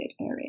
area